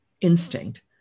instinct